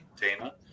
Dana